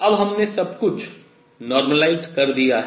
अब हमने सब कुछ सामान्यीकृत कर दिया है